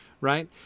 Right